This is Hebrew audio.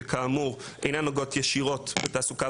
שכאמור אינן נוגעות ישירות לתעסוקה,